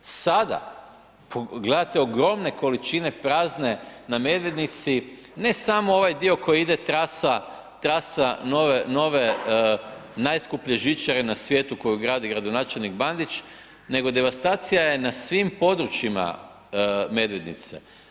Sada gledate ogromne količine prazne na Medvednici ne samo ovaj dio koji ide trasa nove najskuplje žičare na svijetu koju gradi gradonačelnik Bandić nego devastacija je na svim područjima Medvednice.